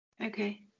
Okay